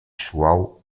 suau